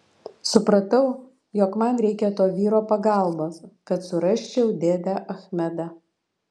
supratau jog man reikia to vyro pagalbos kad surasčiau dėdę achmedą